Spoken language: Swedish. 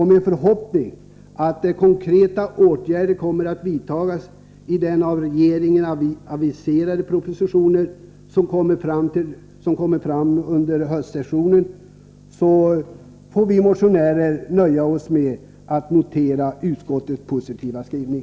Med förhoppningen att konkreta åtgärder föreslås i den av regeringen till hösten aviserade propositionen får vi motionärer nöja oss med att notera utskottets positiva skrivning.